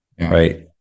Right